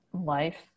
life